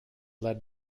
led